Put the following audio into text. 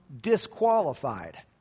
disqualified